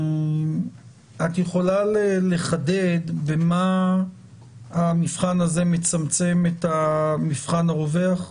את יכולה לחדד במה המבחן הזה מצמצם את המבחן הרווח?